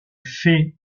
fait